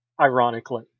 Ironically